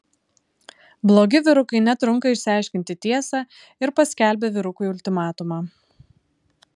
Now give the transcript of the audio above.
blogi vyrukai netrunka išsiaiškinti tiesą ir paskelbia vyrukui ultimatumą